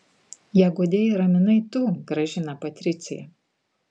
ją guodei ir raminai tu gražina patricija